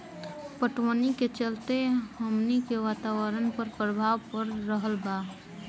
पटवनी के चलते हमनी के वातावरण पर प्रभाव पड़ रहल बा